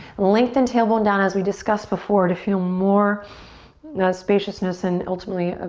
lengthen tailbone down, as we discussed before, to feel more you know spaciousness and ultimately